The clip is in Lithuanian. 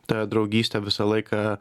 ta draugystė visą laiką